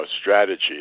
strategy